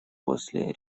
после